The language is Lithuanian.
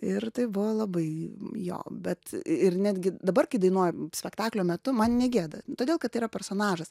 ir tai buvo labai jo bet ir netgi dabar kai dainuoju spektaklio metu man negėda todėl kad tai yra personažas